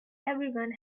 everyone